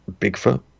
bigfoot